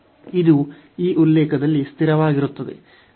ಇದು ಈ ಉಲ್ಲೇಖದಲ್ಲಿ ಸ್ಥಿರವಾಗಿರುತ್ತದೆ